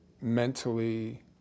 mentally